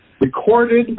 recorded